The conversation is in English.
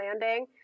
landing